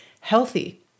healthy